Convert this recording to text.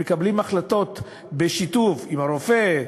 מקבלים החלטות בשיתוף עם הרופא,